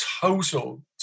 total